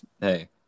Hey